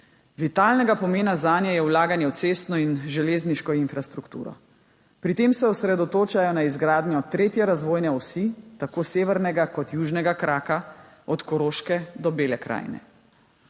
Vitalnega pomena zanje je vlaganje v cestno in železniško infrastrukturo. Pri tem se osredotočajo na izgradnjo tretje razvojne osi – tako severnega kot južnega kraka, od Koroške do Bele krajine.